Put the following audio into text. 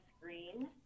screen